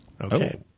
Okay